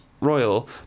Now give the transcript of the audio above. royal